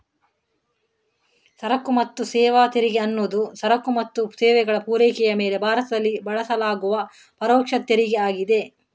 ಸರಕು ಮತ್ತು ಸೇವಾ ತೆರಿಗೆ ಅನ್ನುದು ಸರಕು ಮತ್ತು ಸೇವೆಗಳ ಪೂರೈಕೆಯ ಮೇಲೆ ಭಾರತದಲ್ಲಿ ಬಳಸಲಾಗುವ ಪರೋಕ್ಷ ತೆರಿಗೆ ಆಗಿದೆ